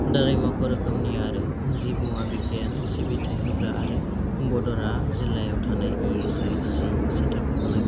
दालाइ मावख' रोखोमनि आरो जिब मुवा बिगियान सिबिथाय होग्रा आरो भाड'दरा जिल्लायाव थानाय इ एस आइ सि सेन्टारफोरखौ नागिर